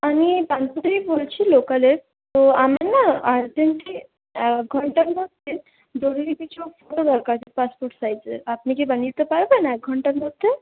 আমি এই থেকেই বলছি লোকালে তো আমার না আর্জেন্টলি এক ঘন্টার মধ্যে জরুরি কিছু ফটো দরকার পাসপোর্ট সাইজের আপনি কি বানিয়ে দিতে পারবেন এক ঘন্টার মধ্যে